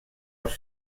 els